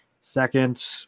Second